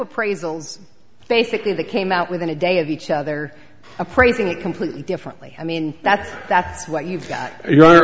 appraisals basically they came out within a day of each other appraising it completely differently i mean that's that's what you've got your